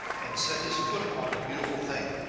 and set his foot upon the beautiful thing!